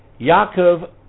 Yaakov